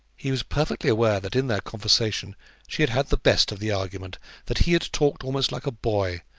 he was perfectly aware that in their conversation she had had the best of the argument that he had talked almost like a boy,